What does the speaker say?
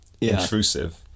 intrusive